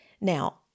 Now